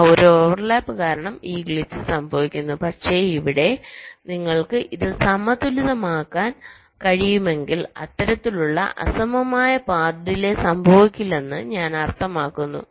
ആ ഓവർലാപ്പ് കാരണം ഈ ഗ്ലിച് സംഭവിക്കുന്നു പക്ഷേ ഇവിടെ നിങ്ങൾക്ക് ഇത് സമതുലിതമാക്കാൻ കഴിയുമെങ്കിൽ അത്തരത്തിലുള്ള അസമമായ പാത് ഡിലെ സംഭവിക്കില്ലെന്ന് ഞാൻ അർത്ഥമാക്കുന്നു